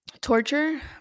torture